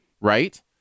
right